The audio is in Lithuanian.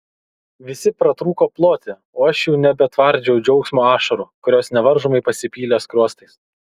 visi pratrūko ploti o aš jau nebetvardžiau džiaugsmo ašarų kurios nevaržomai pasipylė skruostais